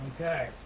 okay